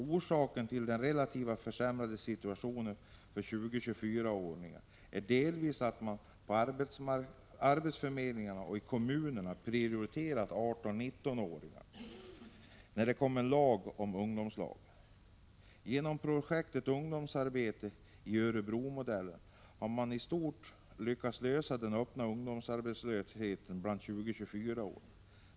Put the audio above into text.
Orsaken till den försämrade situationen för 20-24-åringarna är delvis att kommunernas arbetsförmedlingar prioriterar 18-19-åringar sedan lagen om ungdomslag tillkom. Genom det projekt som bedrivs enligt Örebromodellen har man i stort lyckats lösa arbetslöshetsproblemen avseende de öppet arbetslösa bland 20-24-åringarna i Örebro kommun.